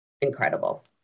incredible